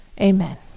amen